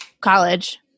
college